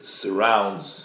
surrounds